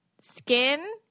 skin